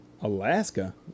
Alaska